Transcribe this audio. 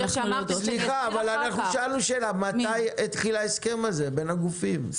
אבל אנחנו שאלנו שאלה מתי התחיל ההסכם הזה בין הגופים?